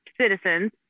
citizens